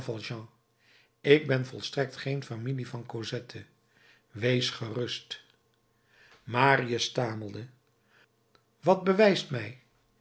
ik ben volstrekt geen familie van cosette wees gerust marius stamelde wat bewijst mij